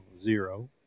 zero